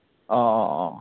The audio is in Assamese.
অঁ অঁ অঁ